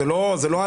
זה לא האשמות,